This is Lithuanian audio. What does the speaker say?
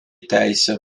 teisę